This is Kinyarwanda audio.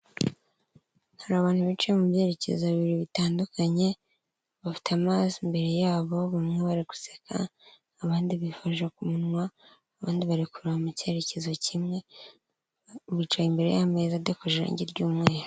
Hari abantu biciye mu byerekezo bibiri bitandukanye, bafite amazi imbere yabo, bamwe bari guseka, abandi bifashe ku munwa, abandi bari kureba mu cyerekezo kimwe, bicaye imbere y'ameza adekoje irangi ry'umweru